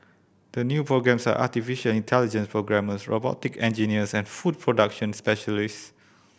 the new programmes are artificial intelligence programmers robotic engineers and food production specialist